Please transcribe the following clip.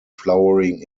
flowering